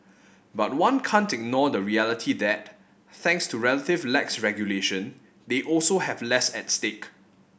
but one can't ignore the reality that thanks to relative lax regulation they also have less at stake